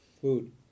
food